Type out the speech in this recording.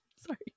Sorry